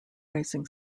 racing